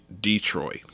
detroit